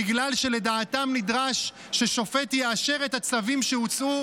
בגלל שלדעתם נדרש ששופט יאשר את הצווים שהוצאו